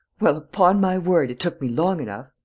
well, upon my word, it took me long enough!